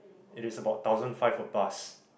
it is about thousand five a bus